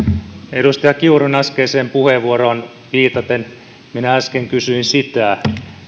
edustaja kiurun äskeiseen puheenvuoroon viitaten minä äsken kysyin sitä